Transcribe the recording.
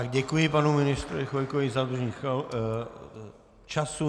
Děkuji panu ministrovi Chvojkovi za dodržení času.